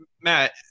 matt